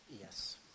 Yes